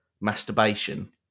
masturbation